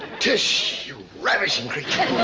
tish, you ravishing creature.